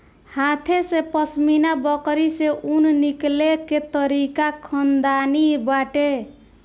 हाथे से पश्मीना बकरी से ऊन निकले के तरीका खानदानी बाटे